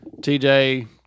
TJ